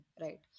right